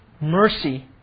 mercy